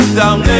down